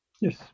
Yes